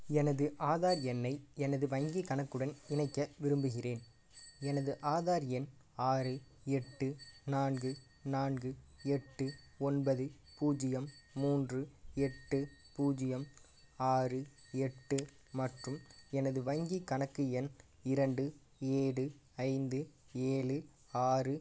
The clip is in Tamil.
எனது ஆதார் எண்ணை எனது வங்கிக் கணக்குடன் இணைக்க விரும்புகிறேன் எனது ஆதார் எண் ஆறு எட்டு நான்கு நான்கு எட்டு ஒன்பது பூஜ்ஜியம் மூன்று எட்டு பூஜ்ஜியம் ஆறு எட்டு மற்றும் எனது வங்கிக் கணக்கு எண் இரண்டு ஏழு ஐந்து ஏழு ஆறு